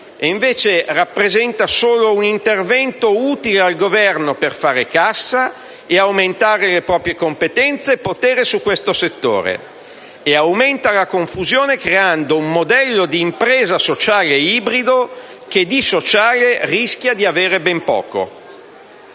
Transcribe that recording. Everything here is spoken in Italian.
invece rappresenta solo un intervento utile al Governo per fare cassa e aumentare le proprie competenze e il potere su questo settore, aumentando la confusione, con la creazione di un modello di impresa sociale ibrido, che di sociale rischia di avere ben poco.